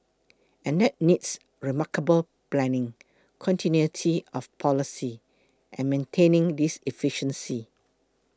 and that needs remarkable planning continuity of policy and maintaining this efficiency